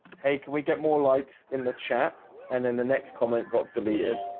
hey, can we get more likes in the chat and then the next comment got deleted?